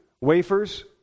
wafers